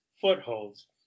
footholds